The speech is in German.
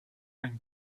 ein